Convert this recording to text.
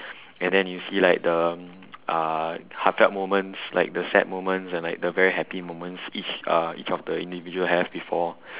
and then you see like the uh the heartfelt moments like the sad moments and like the very happy moments each uh each of the individuals have before